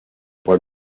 por